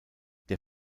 der